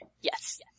Yes